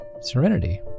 serenity